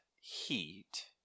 Heat